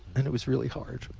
and it was really hard.